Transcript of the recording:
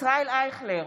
ישראל אייכלר,